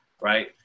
right